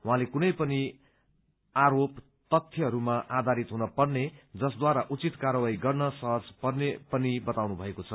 उहाँले क्रै पनि आरोप तथ्यमा आधारित हुन पर्ने जसद्वारा उचित कार्यवाही गर्न सहज पर्ने पनि बताउनु भएको छ